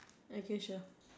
okay sure